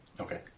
Okay